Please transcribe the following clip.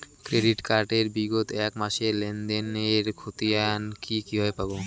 Credit card এর বিগত এক মাসের লেনদেন এর ক্ষতিয়ান কি কিভাবে পাব?